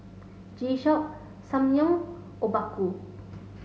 G Shock Ssangyong Obaku